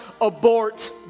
abort